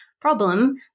problem